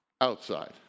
outside